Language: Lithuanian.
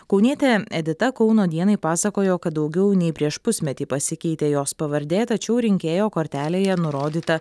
kaunietė edita kauno dienai pasakojo kad daugiau nei prieš pusmetį pasikeitė jos pavardė tačiau rinkėjo kortelėje nurodyta